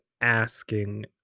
asking